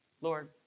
Lord